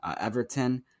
Everton